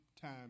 time